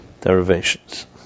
Derivations